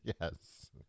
Yes